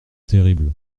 terribles